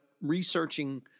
researching